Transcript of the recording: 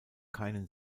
keinen